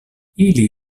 ili